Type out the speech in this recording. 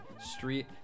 street